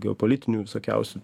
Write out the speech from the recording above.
geopolitinių visokiausių